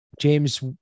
James